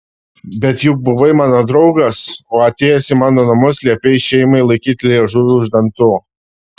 bet juk buvai mano draugas o atėjęs į mano namus liepei šeimai laikyti liežuvį už dantų